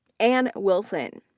anne wilson.